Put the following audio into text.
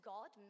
God